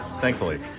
thankfully